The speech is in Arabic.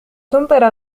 تمطر